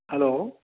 hello